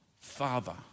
Father